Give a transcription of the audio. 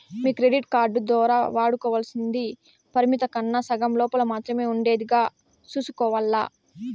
మీ credit card దోరా వాడుకోవల్సింది పరిమితి కన్నా సగం లోపల మాత్రమే ఉండేదిగా సూసుకోవాల్ల